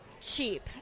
cheap